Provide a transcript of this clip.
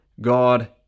God